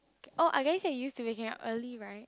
oh I guess can you still wake up early right